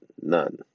None